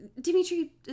Dimitri